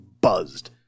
buzzed